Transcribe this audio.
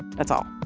that's all.